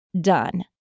done